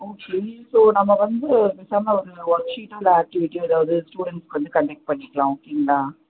okay so நம்ம வந்து பேசாமல் ஒரு ஒர்க்கு க்ஷீட்டோ இல்லை ஆக்டிவிட்டியோ ஏதாவது ஸ்டடூடெண்ஸ்சுக்கு வந்து கன்டெக்ட் பண்ணிக்கலாம் ஓகேங்களா